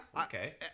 okay